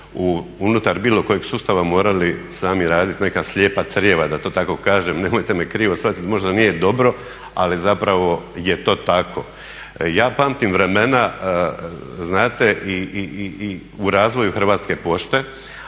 unutar bilo kojeg sustava morali sami raditi neka slijepa crijeva da to tako kažem, nemojte me krivo shvatiti. Možda nije dobro, ali zapravo je to tako. Ja pamtim vremena, znate i u razvoju Hrvatske pošte,